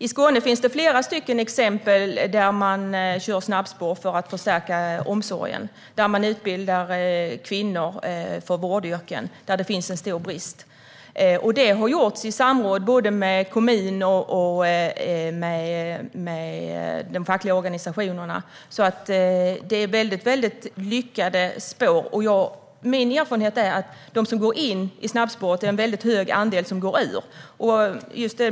I Skåne finns det flera exempel där man kör snabbspår för att förstärka omsorgen. Man utbildar kvinnor för vårdyrken, där det finns en stor brist. Det har gjorts i samråd med kommunen och de fackliga organisationerna. Det är väldigt lyckade spår. Min erfarenhet är att av dem som går in i snabbspåret är det en väldigt hög andel som går ur.